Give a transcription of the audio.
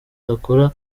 yakora